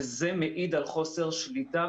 וזה מעיד על חוסר שליטה,